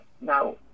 Now